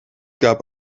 gab